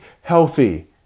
healthy